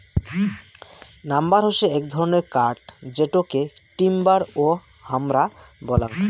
lumber হসে এক ধরণের কাঠ যেটোকে টিম্বার ও হামরা বলাঙ্গ